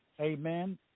amen